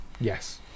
yes